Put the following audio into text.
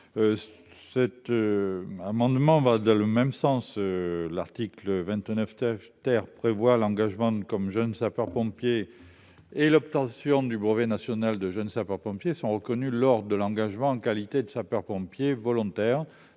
l'amendement n° 90. L'article 29 prévoit que l'engagement comme jeune sapeur-pompier et l'obtention du brevet national de jeune sapeur-pompier soient reconnus lors de l'engagement en qualité de sapeur-pompier volontaire,